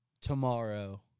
tomorrow